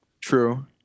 True